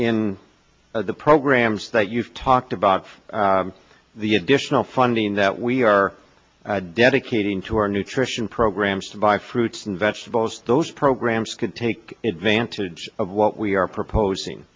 in the programs that you've talked about the additional funding that we are dedicating to our nutrition programs to buy fruits and vegetables those programs can take advantage of what we are proposing